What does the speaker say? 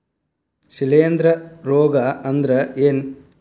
ಶಿಲೇಂಧ್ರ ರೋಗಾ ಅಂದ್ರ ಏನ್?